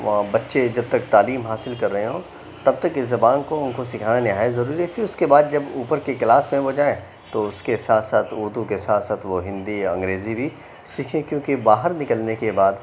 بچے جب تک تعلیم حاصل کر رہے ہوں تب تک اِس زبان کو اُن کو سکھانا نہایت ضروری ہے پھر اُس کے بعد جب اوپر کی کلاس میں وہ جائیں تو اُس کے ساتھ ساتھ اُردو کے ساتھ ساتھ وہ ہندی انگریزی بھی سیکھیں کیوں کہ باہر نکلنے کے بعد